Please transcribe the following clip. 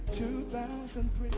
2003